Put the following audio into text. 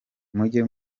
mujye